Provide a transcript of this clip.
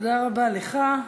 תודה רבה לך.